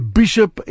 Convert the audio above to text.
bishop